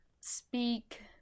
speak